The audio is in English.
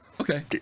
okay